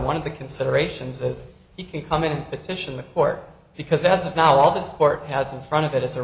one of the considerations as you can come in and petition the court because as of now all this court has in front of it is a